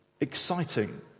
exciting